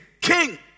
King